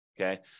okay